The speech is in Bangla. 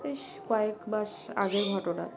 বেশ কয়েক মাস আগের ঘটনা